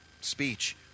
speech